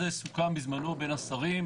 זה סוכם בזמנו בין השרים,